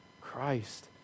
Christ